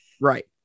Right